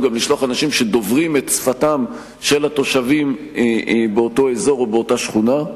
לשלוח אנשים שדוברים את שפתם של התושבים באותו אזור או באותה שכונה.